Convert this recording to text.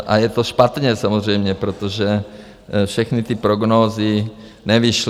A je to špatně samozřejmě, protože všechny ty prognózy nevyšly.